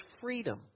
freedom